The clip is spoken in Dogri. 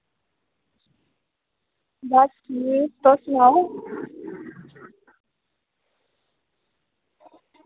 बस ठीक तुस सनाओ